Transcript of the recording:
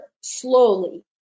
slowly